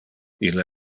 ille